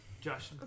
Josh